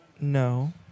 No